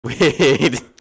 Wait